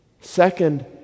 second